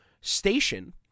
station